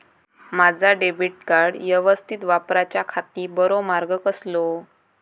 माजा debit card यवस्तीत वापराच्याखाती बरो मार्ग कसलो?